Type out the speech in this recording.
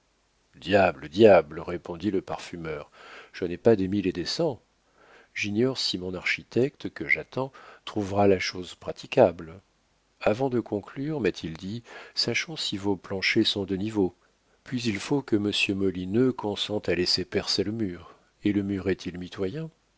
diable diable répondit le parfumeur je n'ai pas des mille et des cents j'ignore si mon architecte que j'attends trouvera la chose praticable avant de conclure m'a-t-il dit sachons si vos planchers sont de niveau puis il faut que monsieur molineux consente à laisser percer le mur et le mur est-il